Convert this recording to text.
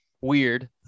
weird